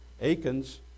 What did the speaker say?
Aiken's